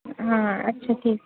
हां अच्छा ठीक आहे